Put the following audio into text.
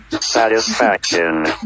satisfaction